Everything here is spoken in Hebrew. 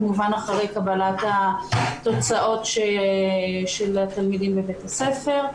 כמובן אחרי קבלת תוצאות הבדיקות של התלמידים בבית הספר.